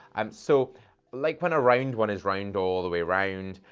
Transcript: um so like when a round one is round all the way round,